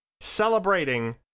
celebrating